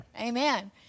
Amen